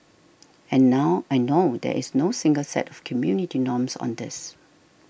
and now and no there is no single set of community norms on this